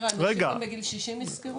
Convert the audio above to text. אז אתה אומר על אנשים שבגיל 60 נזכרו?